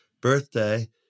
birthday